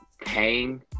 paying